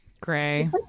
Gray